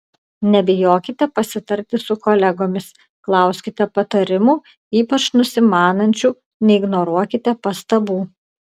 nebijokite pasitarti su kolegomis klauskite patarimų ypač nusimanančių neignoruokite pastabų